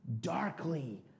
darkly